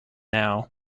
now